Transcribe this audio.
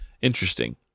interesting